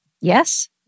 Yes